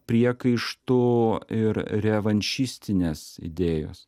priekaištų ir revanšistinės idėjos